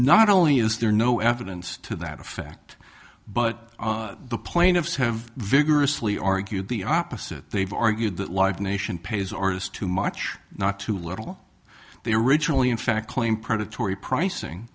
not only is there no evidence to that effect but the plaintiffs have vigorously argued the opposite they've argued that live nation pays artists too much not too little they originally in fact claim predatory pricing